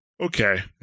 Okay